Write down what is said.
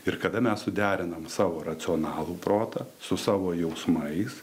ir kada mes suderinam savo racionalų protą su savo jausmais